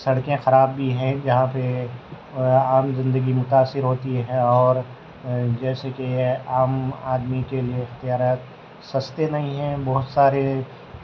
سڑکیں خراب بھی ہیں جہاں پہ عام زندگی متأثر ہوتی ہے اور جیسے کہ عام آدمی کے لیے اختیارات سستے نہیں ہیں بہت سارے